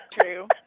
true